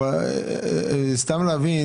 באיזה מקומות,